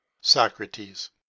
Socrates